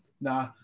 Nah